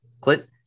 Clint